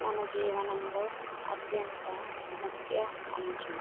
మన జీవనంలో అత్యంత ముఖ్య అంశం